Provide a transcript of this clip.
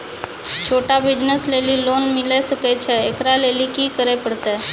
छोटा बिज़नस लेली लोन मिले सकय छै? एकरा लेली की करै परतै